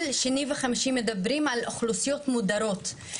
שכל שני וחמישי מדברים על אוכלוסיות מודרות,